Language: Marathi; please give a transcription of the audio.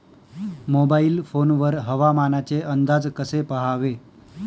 मोबाईल फोन वर हवामानाचे अंदाज कसे पहावे?